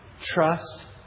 trust